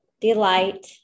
delight